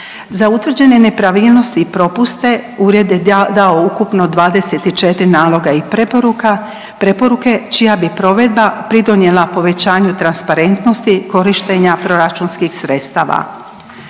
Za utvrđene nepravilnosti i propuste Ured je dao ukupno 24 naloga i preporuke, čija bi provedba pridonijela povećanju transparentnosti korištenja proračunskih sredstava.